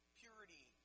purity